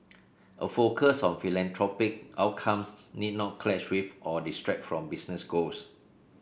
a focus on philanthropic outcomes need not clash with or distract from business goals